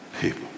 people